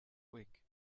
week